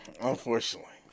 Unfortunately